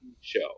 show